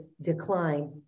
decline